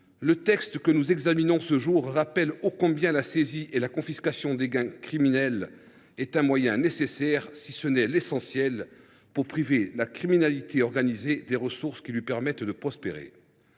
le texte que nous examinons rappelle ô combien ! que la saisie et la confiscation des gains criminels constituent l’un des moyens nécessaires, sinon essentiels, pour priver la criminalité organisée des ressources qui lui permettent de prospérer.